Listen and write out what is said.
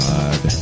God